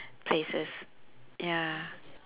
places ya